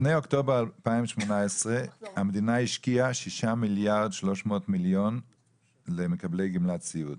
לפני אוקטובר 2018 המדינה השקיעה 6.3 מיליארד שקלים למקבלי גמלת סיעוד.